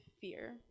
fear